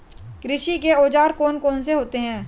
कृषि के औजार कौन कौन से होते हैं?